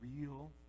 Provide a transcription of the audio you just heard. real